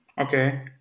Okay